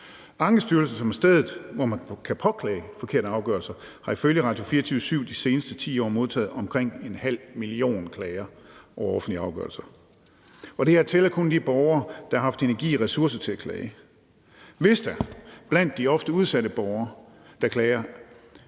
Ankestyrelsen, som er stedet, hvor man kan påklage forkerte afgørelser, har ifølge Radio24syv de seneste 10 år modtaget omkring en halv million klager over offentlige afgørelser, og det tæller kun de borgere, der har haft energi og ressourcer til at klage. Hvis der blandt de ofte udsatte borgere, der klager,